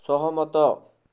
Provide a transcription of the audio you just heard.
ସହମତ